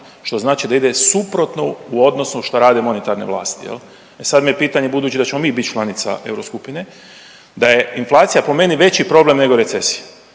što znači da ide suprotno u odnosu šta rade monetarne vlasti. E sad mi je pitanje, budući da ćemo mi biti članica Euroskupine, da je inflacija po meni veći problem nego recesija,